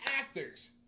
actors